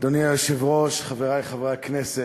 אדוני היושב-ראש, חברי חברי הכנסת,